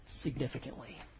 significantly